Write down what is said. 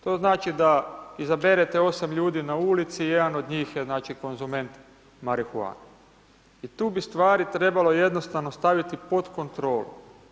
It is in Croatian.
To znači da izaberete 8 ljudi na ulici i jedan od njih je znači konzument marihuane i tu bi stvari trebalo jednostavno staviti pod kontrolu.